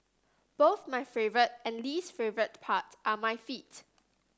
both my favourite and least favourite part are my feet